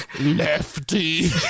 lefty